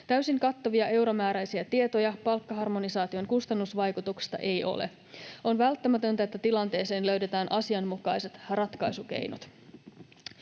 Täysin kattavia euromääräisiä tietoja palkkaharmonisaation kustannusvaikutuksista ei ole. On välttämätöntä, että tilanteeseen löydetään asianmukaiset ratkaisukeinot.